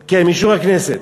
כן, מאישור הכנסת.